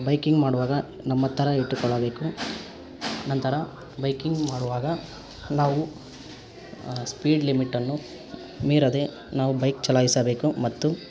biking ಮಾಡುವಾಗ ನಮ್ಮತ್ತಿರ ಇಟ್ಟುಕೊಳ್ಳಬೇಕು ನಂತರ ಬೈಕಿಂಗ್ ಮಾಡುವಾಗ ನಾವು ಸ್ಪೀಡ್ ಲಿಮಿಟ್ಟನ್ನು ಮೀರದೇ ನಾವು ಬೈಕ್ ಚಲಾಯಿಸಬೇಕು ಮತ್ತು